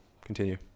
Continue